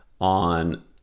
on